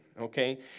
okay